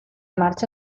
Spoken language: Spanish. marcha